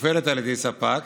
מופעלת על ידי ספק